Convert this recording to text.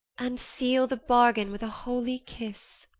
and seal the bargain with a holy kiss.